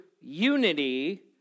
unity